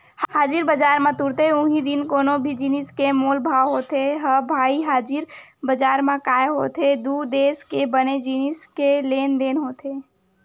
हाजिर बजार म तुरते उहीं दिन कोनो भी जिनिस के मोल भाव होथे ह भई हाजिर बजार म काय होथे दू देस के बने जिनिस के लेन देन होथे